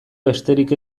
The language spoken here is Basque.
besterik